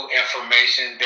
information